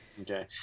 Okay